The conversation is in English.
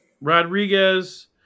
Rodriguez